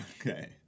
Okay